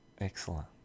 Excellent